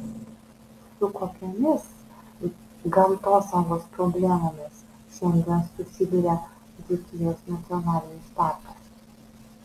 su kokiomis gamtosaugos problemomis šiandien susiduria dzūkijos nacionalinis parkas